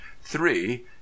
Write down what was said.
Three